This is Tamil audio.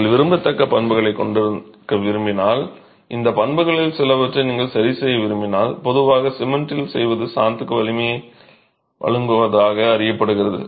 நீங்கள் விரும்பத்தக்க பண்புகளை கொண்டிருக்க விரும்பினால் இந்த பண்புகளில் சிலவற்றை நீங்கள் சரி செய்ய விரும்பினால் பொதுவாக சிமெண்டில் செய்வது சாந்துக்கு வலிமையை வழங்குவதாக அறியப்படுகிறது